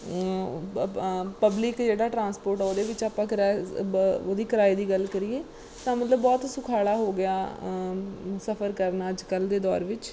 public ਜਿਹੜਾ transport ਆ ਉਹਦੇ ਵਿੱਚ ਆਪਾਂ ਕਰਾ ਬ ਉਹਦੀ ਕਿਰਾਏ ਦੀ ਗੱਲ ਕਰੀਏ ਤਾਂ ਮਤਲਬ ਬਹੁਤ ਸੁਖਾਲਾ ਹੋ ਗਿਆ ਸਫ਼ਰ ਕਰਨਾ ਅੱਜ ਕੱਲ੍ਹ ਦੇ ਦੌਰ ਵਿੱਚ